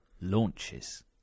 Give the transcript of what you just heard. launches